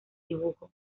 dibujo